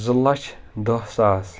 زٕ لچھ داہ ساس